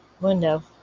window